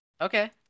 Okay